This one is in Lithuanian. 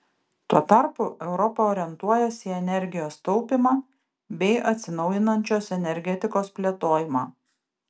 tuo tarpu europa orientuojasi į energijos taupymą bei atsinaujinančios energetikos plėtojimą